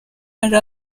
ari